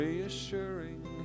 Reassuring